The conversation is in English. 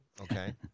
okay